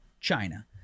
China